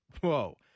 Whoa